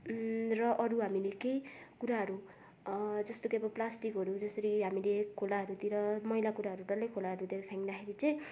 र अरू हामीले केही कुराहरू जस्तो कि अब प्लास्टिकहरू जसरी हामीले खोलाहरूतिर मैला कुराहरू डल्लै खोलाहरूतिर फ्याँक्दाखेरि चाहिँ